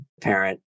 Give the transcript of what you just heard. parent